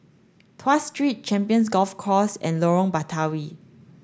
Tuas Street Champions Golf Course and Lorong Batawi